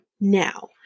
now